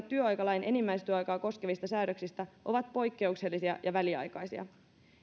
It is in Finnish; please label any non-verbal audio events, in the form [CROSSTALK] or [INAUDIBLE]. [UNINTELLIGIBLE] työaikalain enimmäistyöaikaa koskevista säädöksistä ovat poikkeuksellisia ja väliaikaisia